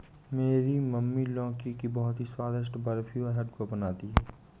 मेरी मम्मी लौकी की बहुत ही स्वादिष्ट बर्फी और हलवा बनाती है